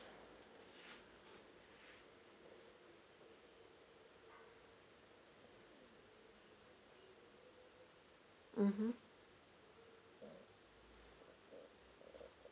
mmhmm